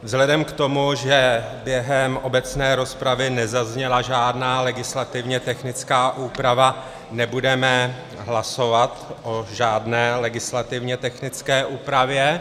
Vzhledem k tomu, že během obecné rozpravy nezazněla žádná legislativně technická úprava, nebudeme hlasovat o žádné legislativně technické úpravě.